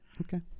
Okay